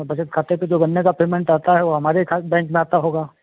बचत खाते पर जो गन्ने का पेमेंट आता है वो हमारे खा बैंक में आता होगा